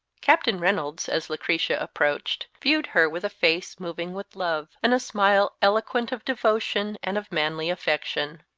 captain reynolds, as lucretia approached, viewed her with a face moving with love, and a smile eloquent of devotion and of manly affection.